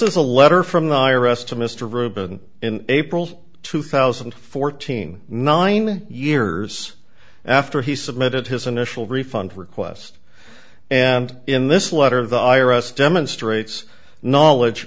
is a letter from the i r s to mr ruben in april two thousand and fourteen nine years after he submitted his initial refund request and in this letter the i r s demonstrates knowledge